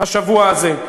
השבוע הזה.